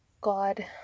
God